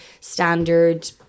standard